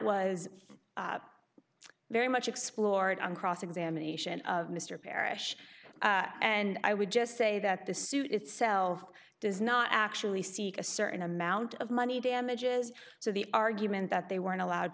was very much explored on cross examination of mr parrish and i would just say that the suit itself does not actually seek a certain amount of money damages so the argument that they weren't allowed